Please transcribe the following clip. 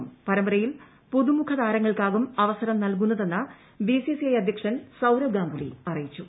India Sri Lanka പരമ്പരയിൽ പുതുമുഖ താരങ്ങൾക്കാകും അവസരം നൽകുന്നതെന്ന് ബി സി സി ഐ അധ്യക്ഷൻ സൌരവ് ഗാംഗുലി അറിയിച്ചു